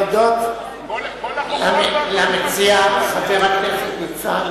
בהזדמנות זו אני רוצה להודות למציע חבר הכנסת ניצן